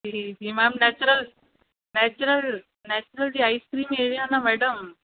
जी जी ma'am natural natural natural जी ice cream area आहे न मैडम